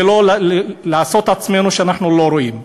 ולא לעשות את עצמנו כאילו שאנחנו לא רואים.